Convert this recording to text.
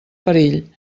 perill